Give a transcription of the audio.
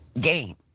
game